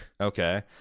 Okay